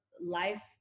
life